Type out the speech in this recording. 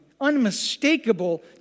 unmistakable